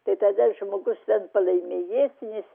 tai tada žmogus tampa laimingesnis